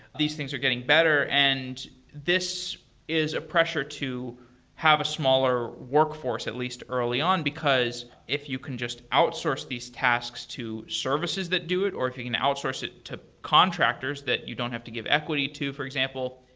these things are getting better, and this is a pressure to have a smaller workforce, at least, early on, because if you can just outsource these tasks to services that do it, or if you can outsource it to contractors that you don't have to give equity to, for example,